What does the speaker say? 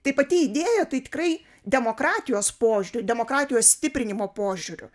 tai pati idėja tai tikrai demokratijos požiūriu demokratijos stiprinimo požiūriu